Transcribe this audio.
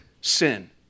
sin